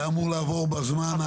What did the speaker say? זה אמור לעבור בזמן הקרוב?